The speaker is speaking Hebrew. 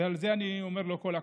ועל זה אני אומר לו כל הכבוד,